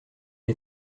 est